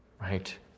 right